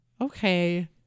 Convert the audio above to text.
Okay